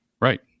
Right